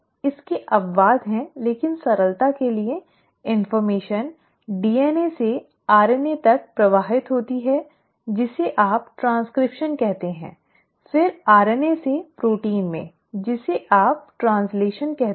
इसके अपवाद हैं लेकिन सरलता के लिए सूचना डीएनए से आरएनए तक प्रवाहित होती है जिसे आप ट्रैन्स्क्रिप्शन कहते हैं फिर आरएनए से प्रोटीन में जिसे आप ट्रैन्स्लैशन कहते हैं